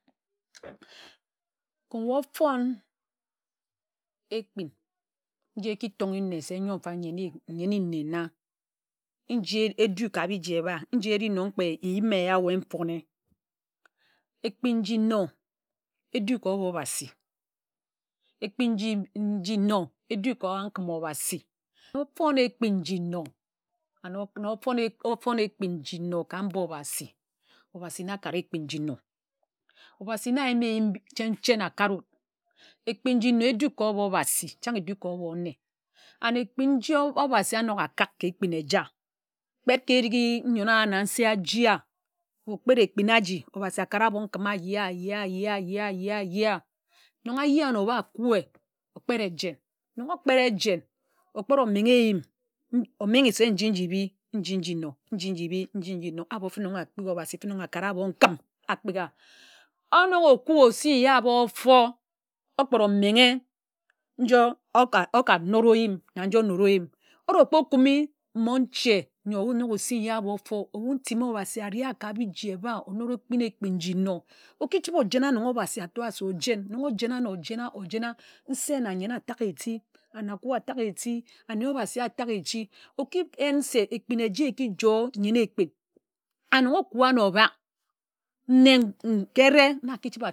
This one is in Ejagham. Kén weh ofon ekpin nji eki tōnghe nne se ńyor mfa nyen nne na nji edu ka biji ebha nji nnon kpe eyim eya ye mfone. Ekpin nji edu ka obo obhasi ekpin nji nno edu ka nkim obhasi. ofon ekpin nji nno and kun ofon ekpin nji nno ka mba obhasi. obhasi na akara ekpin nji nnoAbhasi na ayim eyim chen chen akare wud. Ekpin nji nno edu ka obo obhasi chan edu ka obo nne. And ekpin nji obhasi anok akak ka ekpin eja kped ke eringhi nyen owa na nse aji a okped ekpin aji obhasi akara abo nkim aye aye aye aye aye nnon aye nnon aye nno wa kwe okped ejen nnon okped ejen okped omengha eyim omenghe se nji nji ebhi nji nji nno nji nji ebhi nji nji nno abo fene nnon akpik obhasi fene nnon akara abo nkim akpigha. onok okui osi nya kpe ofor okpere omenghe nji oka nod oyim na nji onod oyim orokpo okumi monche nyo ye onok osi nya ofor ebu ntimi obhasi eri a ka biji iba onod okpin ekpin nji nno. Eki chibe ojena nnon obhasi aato a se ojen. ojena ano ojena ojena ojena ojena nse na nyen atak eti ana kui atak eti ane obhasi atak eti. Aki yen se ekpin eja eki nyen ekpin. And nga okwa ano obak nne ka ereh.